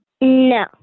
No